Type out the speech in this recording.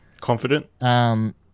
confident